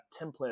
templates